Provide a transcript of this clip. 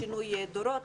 לשינוי דורות.